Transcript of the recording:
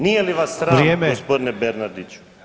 Nije li vas sram [[Upadica: Vrijeme.]] gospodine Bernardiću?